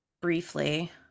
briefly